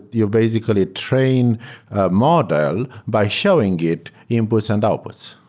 you basically train a model by showing it inputs and outputs,